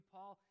Paul